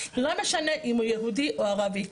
לא משנה אם הוא יהודי או ערבי.